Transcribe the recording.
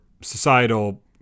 societal